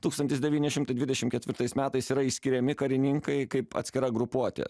tūkstantis devyni šimtai dvidešim ketvirtais metais yra išskiriami karininkai kaip atskira grupuotė